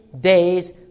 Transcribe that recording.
days